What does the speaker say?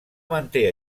manté